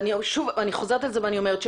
ואני שוב חוזרת על זה ואני אומרת.